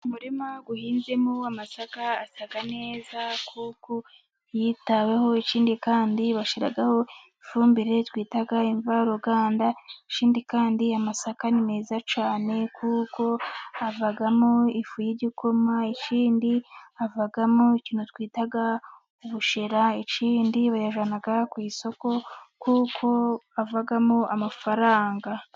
Mu murima uhinzemo amasaka asa neza kuko yitaweho ikindi kandi bashyiraho ifumbire twita imvaruganda, ikindi kandi amasaka ni meza cyane kuko havamo ifu y'igikoma, ikindi havamo ikintu twita ubushera, ikindi bayazana ku isoko kuko avamo amafaranga.